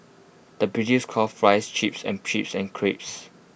the British calls Fries Chips and chips and crisps